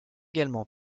également